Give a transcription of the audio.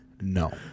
No